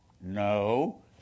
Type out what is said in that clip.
No